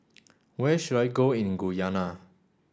where should I go in Guyana